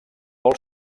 molt